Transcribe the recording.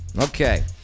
Okay